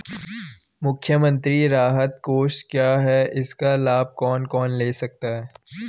मुख्यमंत्री राहत कोष क्या है इसका लाभ कौन कौन ले सकता है?